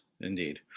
indeed